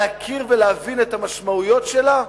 להכיר ולהבין את המשמעויות שלה?